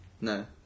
No